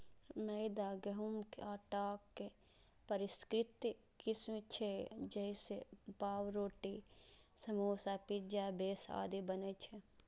मैदा गहूंमक आटाक परिष्कृत किस्म छियै, जइसे पावरोटी, समोसा, पिज्जा बेस आदि बनै छै